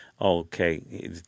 Okay